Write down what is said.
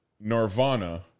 Nirvana